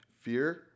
fear